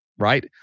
Right